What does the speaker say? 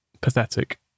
Pathetic